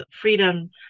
freedom